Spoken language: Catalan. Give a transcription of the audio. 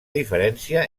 diferència